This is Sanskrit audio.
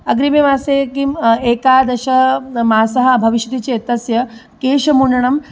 अग्रिमे मासे किम् एकादशः मासः भविष्यति चेत् तस्य केशमुण्डनं